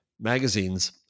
magazines